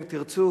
אם תרצו,